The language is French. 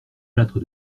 lattre